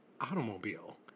automobile